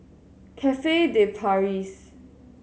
Cafe De Paris